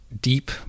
deep